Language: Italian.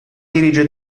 dirige